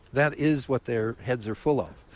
that is what their heads are full of.